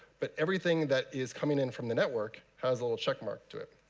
but everything that is coming in from the network has a little check mark to it.